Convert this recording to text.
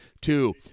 two